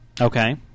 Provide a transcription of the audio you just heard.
Okay